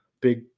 big